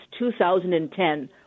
2010